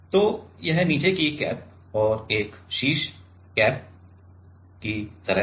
तो यह नीचे की कैप और एक शीर्ष कैप की तरह है